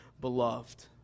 beloved